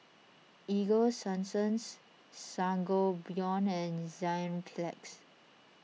Ego Sunsense Sangobion and Enzyplex